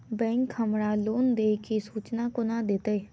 Bank हमरा loan देय केँ सूचना कोना देतय?